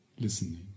listening